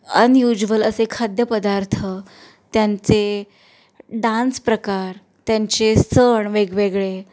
unusual असे खाद्यपदार्थ त्यांचे डान्स प्रकार त्यांचे सण वेगवेगळे